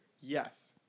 Yes